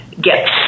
get